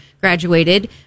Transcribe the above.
graduated